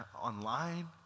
online